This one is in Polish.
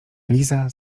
liza